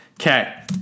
Okay